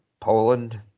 Poland